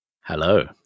Hello